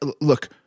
look –